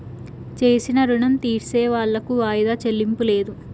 చేసిన రుణం తీర్సేవాళ్లకు వాయిదా చెల్లింపు లేదు